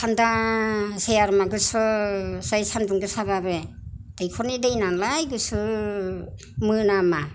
थानदासै आरो मा गुसुसै सानदुं गोसाबाबो दैखरनि दै नालाय गुसु मोनामा